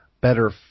better